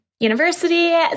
University